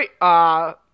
right